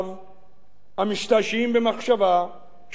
המשתעשעים במחשבה שאם, כצפוי,